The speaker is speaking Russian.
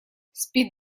спит